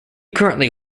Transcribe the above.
currently